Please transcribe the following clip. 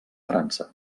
frança